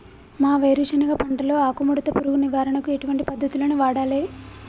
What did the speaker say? మా వేరుశెనగ పంటలో ఆకుముడత పురుగు నివారణకు ఎటువంటి పద్దతులను వాడాలే?